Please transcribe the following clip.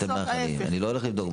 אני לא הולך לבדוק.